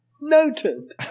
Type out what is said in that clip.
Noted